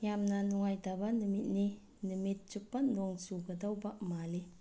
ꯌꯥꯝꯅ ꯅꯨꯡꯉꯥꯏꯇꯕ ꯅꯨꯃꯤꯠꯅꯤ ꯅꯨꯃꯤꯠ ꯆꯨꯞꯄ ꯅꯣꯡ ꯆꯨꯒꯗꯧꯕ ꯃꯥꯜꯂꯤ